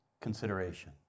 consideration